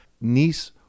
Nice